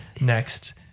next